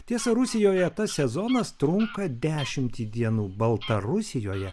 tiesa rusijoje tas sezonas trunka dešimt dienų baltarusijoje